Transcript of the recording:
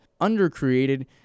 undercreated